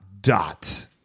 dot